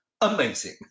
amazing